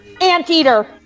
Anteater